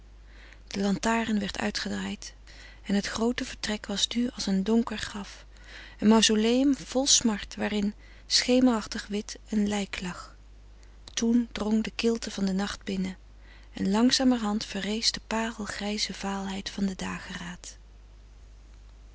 de lantaarn werd uitgedraaid en het groote vertrek was nu als een donker graf een mauzoleum vol smart waarin schemerachtig wit een lijk lag toen drong de kilte van den nacht binnen en langzamerhand verrees de parelgrijze vaalheid van den dageraad